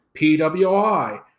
PWI